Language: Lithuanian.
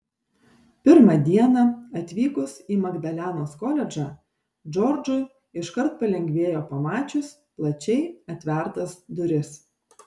pirmą dieną atvykus į magdalenos koledžą džordžui iškart palengvėjo pamačius plačiai atvertas duris